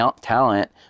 talent